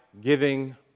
Giving